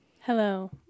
Hello